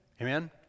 Amen